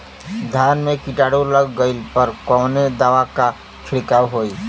धान में कीटाणु लग गईले पर कवने दवा क छिड़काव होई?